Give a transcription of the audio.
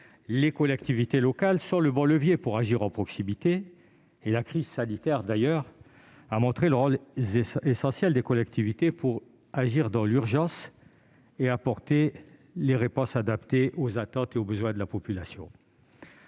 en attestent-sont le bon levier pour agir en proximité. La crise sanitaire a d'ailleurs montré le rôle essentiel des collectivités pour agir dans l'urgence et apporter les réponses adaptées aux attentes et aux besoins de la population.